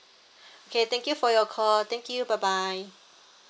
okay thank you for your call thank you bye bye